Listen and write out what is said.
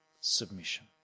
submission